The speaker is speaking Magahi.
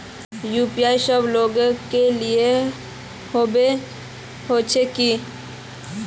यु.पी.आई सब लोग के लिए होबे होचे की?